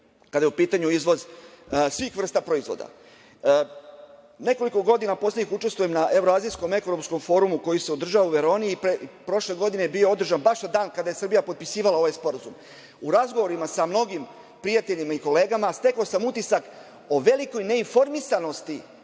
kada je u pitanju izvoz svih vrsta proizvoda. Nekoliko godina poslednjih učestvujem na Evroazijskom ekonomskom forumu koji se održava u Veroni. Prošle godine je bio održan baš na dan kada je Srbija potpisivala ovaj Sporazum. U razgovorima sa mnogim prijateljima i kolegama stekao sam utisak o veliko neinformisanosti